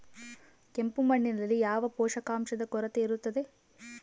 ಕೆಂಪು ಮಣ್ಣಿನಲ್ಲಿ ಯಾವ ಪೋಷಕಾಂಶದ ಕೊರತೆ ಇರುತ್ತದೆ?